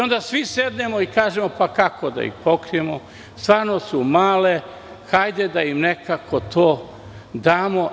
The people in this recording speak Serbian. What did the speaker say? Onda svi sednemo i kažemo – kako da ih pokrijemo, stvarno su male, hajde da im nekako to damo.